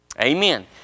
Amen